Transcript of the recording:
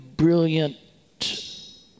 brilliant